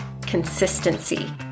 Consistency